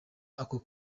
ako